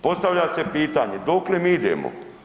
Postavlja se pitanje dokle mi idemo?